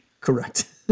Correct